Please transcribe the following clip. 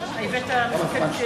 הבאת מפקד בית-סוהר.